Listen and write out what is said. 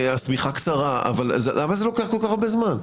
השמיכה קצרה למה זה לוקח כל כך הרבה זמן?